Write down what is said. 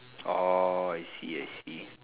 orh I see I see